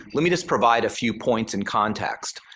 let me just provide a few points in context.